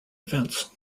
events